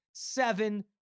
Seven